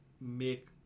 make